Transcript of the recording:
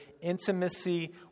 intimacy